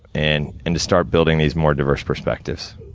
and and, to start building these more diverse perspectives.